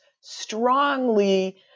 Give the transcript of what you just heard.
strongly